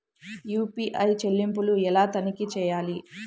UPI చెల్లింపులు ఎలా తనిఖీ చేయాలి?